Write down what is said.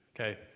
Okay